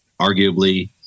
arguably